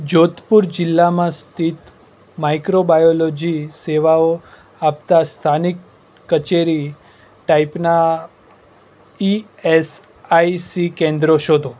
જોધપુર જિલ્લામાં સ્થિત માઈક્રોબાયોલોજી સેવાઓ આપતાં સ્થાનિક કચેરી ટાઈપનાં ઇએસઆઇસી કેન્દ્રો શોધો